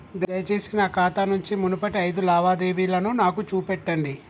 దయచేసి నా ఖాతా నుంచి మునుపటి ఐదు లావాదేవీలను నాకు చూపెట్టండి